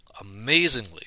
amazingly